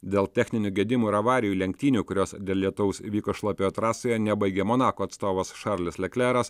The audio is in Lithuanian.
dėl techninių gedimų ir avarijų lenktynių kurios dėl lietaus vyko šlapioje trasoje nebaigė monako atstovas šarlis lekleras